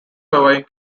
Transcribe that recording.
surviving